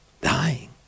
dying